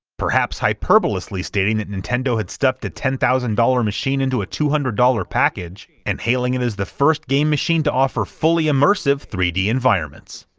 perhaps hyperbolously stating that nintendo had stuffed a ten thousand dollars machine into a two hundred dollars package, and hailing it as the first game machine to offer fully-immersive three d environments.